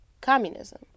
communism